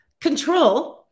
control